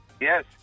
Yes